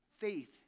faith